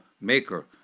Maker